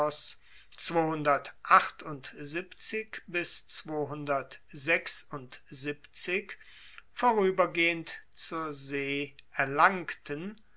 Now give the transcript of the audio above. voruebergehend zur see erlangten